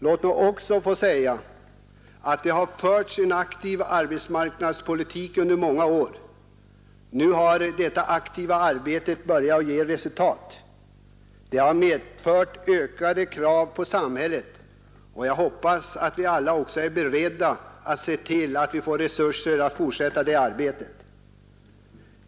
Låt mig också få säga att det har förts en aktiv arbetsmarknadspolitik under många år. Nu har detta aktiva arbete börjat ge resultat. Det har medfört ökade krav på samhället, och jag hoppas att vi alla är beredda att se till att vi får resurser att fortsätta det arbetet.